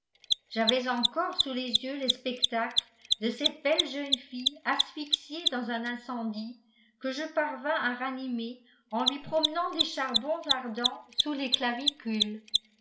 j'avais encore sous les yeux le spectacle de cette belle jeune fille asphyxiée dans un incendie que je parvins à ranimer en lui promenant des charbons ardents sous les clavicules